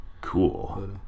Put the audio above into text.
Cool